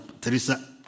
Teresa